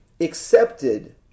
accepted